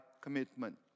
commitment